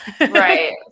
Right